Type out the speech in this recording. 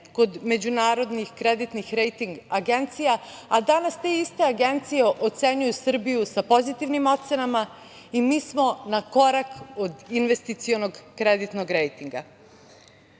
kod međunarodnih kreditnih rejting agencija, a danas te iste agencije ocenjuju Srbiju pozitivnim ocenama. Mi smo na korak od investicionog kreditnog rejtinga. Takođe,